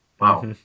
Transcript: Wow